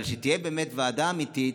אבל שתהיה ועדה אמיתית,